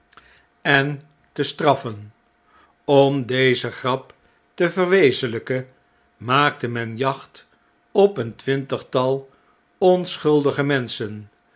en te straffen om deze grap teverwezenigken maakte men jacht op een twintigtal onschuldige menschen